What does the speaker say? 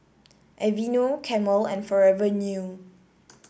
Aveeno Camel and Forever New